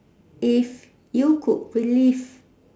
if you could relieve